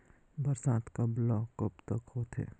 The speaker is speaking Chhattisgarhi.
बरसात कब ल कब तक होथे?